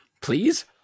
Please